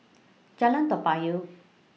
Jalan Toa Payoh